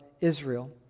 Israel